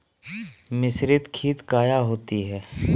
मिसरीत खित काया होती है?